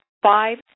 five